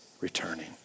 returning